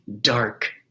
dark